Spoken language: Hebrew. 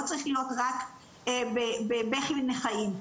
לא צריך להיות רק ב'בכי ונכאים',